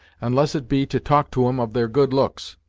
unless it be to talk to em of their good looks!